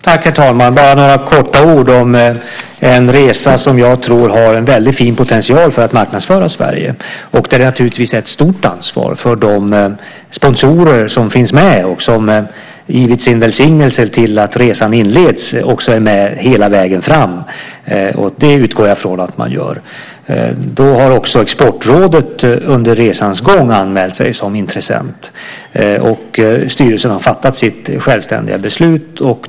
Herr talman! Bara några ord om en resa som jag tror har en väldigt fin potential för att marknadsföra Sverige. Det är naturligtvis ett stort ansvar för sponsorerna som finns med, och som givit sin välsignelse till att resan inletts, att vara med hela vägen fram, och det utgår jag från att de kommer att vara. Också Exportrådet har under resans gång anmält sig som intressent, och styrelsen har fattat sitt självständiga beslut.